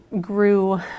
grew